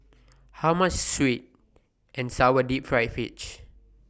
How much Sweet and Sour Deep Fried Fish